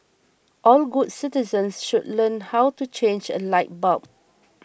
all good citizens should learn how to change a light bulb